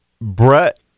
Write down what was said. Brett